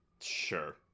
sure